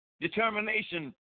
determination